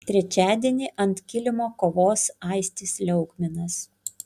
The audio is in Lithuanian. trečiadienį ant kilimo kovos aistis liaugminas